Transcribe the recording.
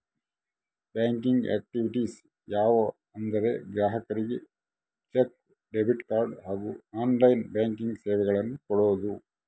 banking activities ಯಾವ ಅಂದರೆ ಗ್ರಾಹಕರಿಗೆ ಚೆಕ್, ಡೆಬಿಟ್ ಕಾರ್ಡ್ ಹಾಗೂ ಆನ್ಲೈನ್ ಬ್ಯಾಂಕಿಂಗ್ ಸೇವೆಗಳನ್ನು ಕೊಡೋದು